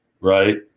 Right